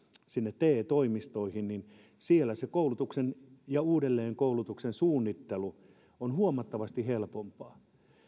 te toimistoihin niin siellä sen koulutuksen ja uudelleenkoulutuksen suunnittelu on huomattavasti helpompaa